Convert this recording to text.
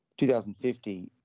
2050